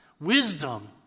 wisdom